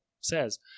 says